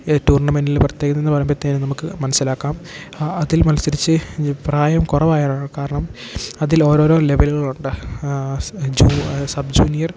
ഇത് ടൂർണമെൻറ്റിൽ പ്രത്യേകത എന്ന് പറയുമ്പോഴ്ത്തേനും നമുക്ക് മനസ്സിലാക്കാം ആ അതിൽ മത്സരിച്ച് പ്രായം കുറവായോണ്ട കാരണം അതിൽ ഓരോരോ ലെവലുകളുണ്ട് സ ജൂ സബ് ജൂനിയർ